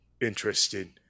Interesting